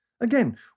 Again